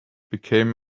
became